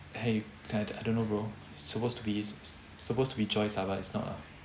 !hey! I don't know bro supposed to be supposed to be joyce ah but is not